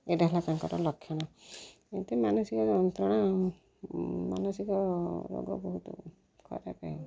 ଏଇଟା ହେଲା ତାଙ୍କର ଲକ୍ଷଣ ଏମତି ମାନସିକ ଯନ୍ତ୍ରଣା ମାନସିକ ରୋଗ ବହୁତ ଖରାପ ଆଉ